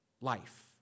life